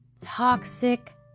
toxic